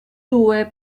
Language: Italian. due